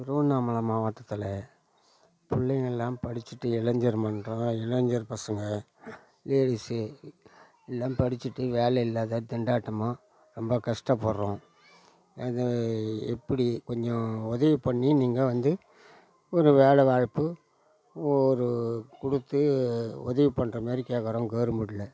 திருவண்ணாமலை மாவட்டத்தில் பிள்ளைங்க எல்லாம் படித்துட்டு இளைஞர் மன்றம் இளைஞர் பசங்க லேடிஸு எல்லாம் படித்துட்டு வேலையில்லாத திண்டாட்டமாக ரொம்ப கஷ்டப்படுறோம் எப்படி கொஞ்சம் உதவி பண்ணி நீங்கள் வந்து ஒரு வேலை வாய்ப்பு ஒரு கொடுத்து உதவி பண்ற மாதிரி கேட்குறோம் கவுர்மெண்டில்